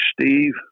Steve